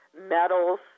metals